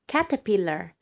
Caterpillar